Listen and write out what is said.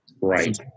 Right